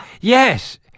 Yes